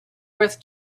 worth